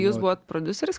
jūs buvot prodiuseris